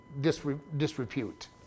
disrepute